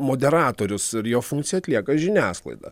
moderatorius ir jo funkciją atlieka žiniasklaida